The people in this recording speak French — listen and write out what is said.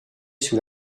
sous